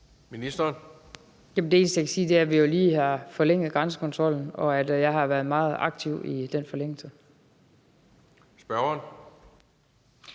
det eneste, jeg kan sige, er, at vi jo lige har forlænget grænsekontrollen, og at jeg har været meget aktiv i forbindelse